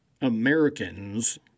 Americans